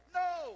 no